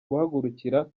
guhagurukira